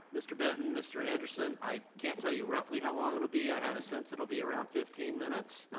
mr. benton, mr. anderson, i can't tell you roughly how long it'll be i have a sense it'll be around fifteen minutes,